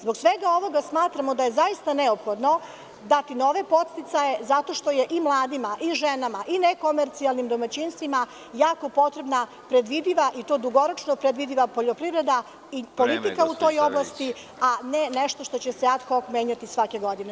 Zbog svega ovoga smatramo da je zaista neophodno dati nove podsticaje, zato što je i mladima i ženama i nekomercijalnim domaćinstvima potrebna predvidiva i to dugoročno predvidiva poljoprivreda… (Predsedavajući: Vreme.) … i politika u toj oblasti, a ne nešto što će se ad hok menjati svake godine.